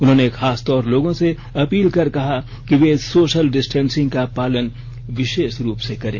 उन्होंने खासतौर लोगों से अपील कर कहा कि वे सोशल डिस्टेसिंग का पालन विशेष रूप से करें